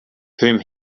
whom